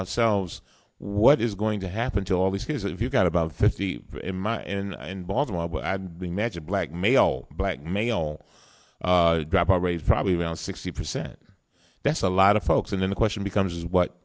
ourselves what is going to happen to all these kids if you've got about fifty in my in in baltimore i will add the magic black male black male dropout rate probably around sixty percent that's a lot of folks and then the question becomes what